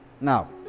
Now